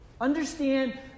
Understand